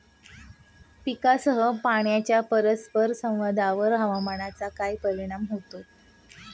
पीकसह पाण्याच्या परस्पर संवादावर हवामानाचा काय परिणाम होतो?